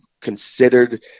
considered